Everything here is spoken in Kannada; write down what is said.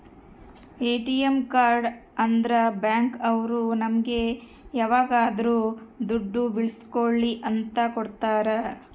ಎ.ಟಿ.ಎಂ ಕಾರ್ಡ್ ಅಂದ್ರ ಬ್ಯಾಂಕ್ ಅವ್ರು ನಮ್ಗೆ ಯಾವಾಗದ್ರು ದುಡ್ಡು ಬಿಡ್ಸ್ಕೊಳಿ ಅಂತ ಕೊಡ್ತಾರ